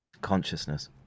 consciousness